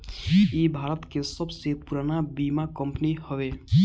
इ भारत के सबसे पुरान बीमा कंपनी हवे